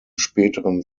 späteren